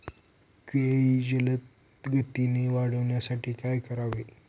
केळी जलदगतीने वाढण्यासाठी काय करावे?